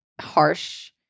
harsh